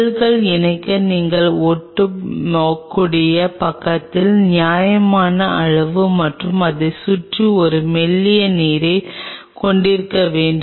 செல்கள் இணைக்க நீங்கள் ஒட்டக்கூடிய பக்கத்தின் நியாயமான அளவு மற்றும் அதைச் சுற்றி ஒரு மெல்லிய நீரைக் கொண்டிருக்க வேண்டும்